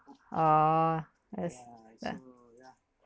oh as ya